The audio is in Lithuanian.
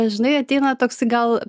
dažnai ateina toksai gal